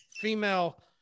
female